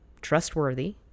trustworthy